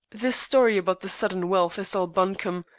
the story about the sudden wealth is all bunkum,